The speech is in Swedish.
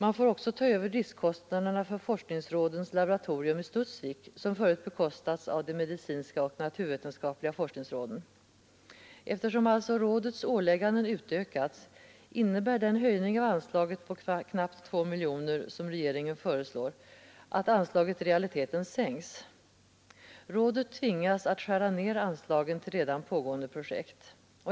Man får också ta över driftkostnaderna för forskningsrådens laboratorium i Studsvik, som förut bekostats av de medicinska och naturvetenskapliga forskningsråden. Eftersom alltså rådets åligganden utökats innebär den höjning av anslaget med knappt 2 miljoner kronor som regeringen föreslår att anslaget i realiteten sänks. Rådet tvingas att skära ned anslagen till redan pågående projekt.